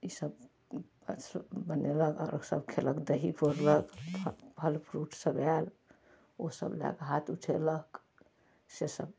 इसब सब फल फ्रूट बनेलक आ लोकसब खेलक दही पौड़लक फल फ्रूट सब आयल ओसब लए कऽ हाथ उठेलक से सब